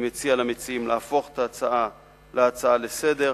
אני מציע למציעים להפוך את ההצעה להצעה לסדר-היום.